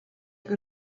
que